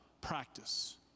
practice